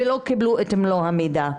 ולא קיבלו את מלוא המידע.